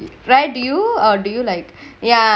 fred you or do you like ya